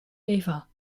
eva